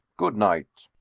good night.